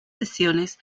sesiones